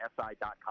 si.com